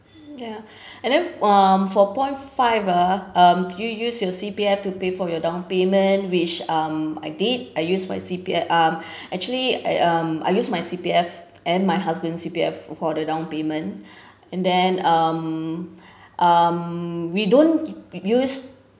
ya and then um for point five ah um do you use your C_P_F to pay for your downpayment which um I did I use my C_P_F uh actually I um I use my C_P_F and my husband C_P_F for the downpayment and then um um we don't use